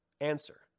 answer